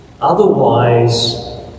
Otherwise